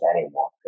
anymore